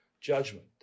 judgment